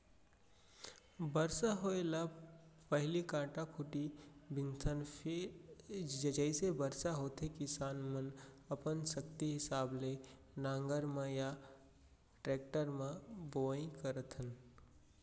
बरसा होए ले पहिली कांटा खूंटी बिनथन फेर जइसे बरसा होथे किसान मनअपन सक्ति हिसाब ले नांगर म या टेक्टर म बोआइ करथन